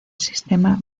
sistema